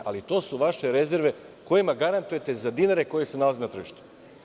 Ali to su vaše rezerve kojima garantujete za dinare koji se nalaze na tržištu.